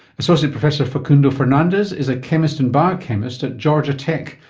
associate professor facundo fernandez is a chemist and biochemist at georgia tech,